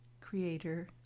creator